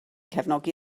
cefnogi